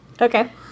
Okay